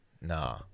Nah